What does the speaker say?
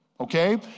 okay